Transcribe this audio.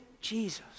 Jesus